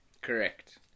Correct